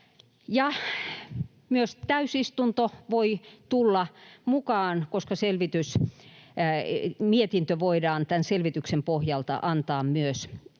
myös täysistunto voi tulla mukaan, koska mietintö voidaan tämän selvityksen pohjalta antaa myös